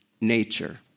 nature